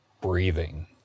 breathing